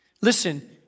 Listen